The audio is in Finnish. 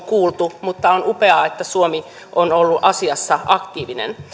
kuultu mutta on upeaa että suomi on ollut asiassa aktiivinen